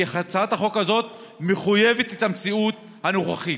כי הצעת החוק הזאת מחויבת במציאות הנוכחית.